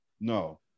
No